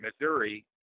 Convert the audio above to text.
Missouri